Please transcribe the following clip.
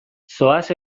zoaz